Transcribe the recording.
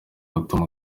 gutuma